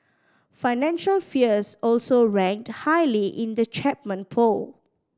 financial fears also ranked highly in the Chapman poll